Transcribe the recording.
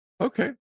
Okay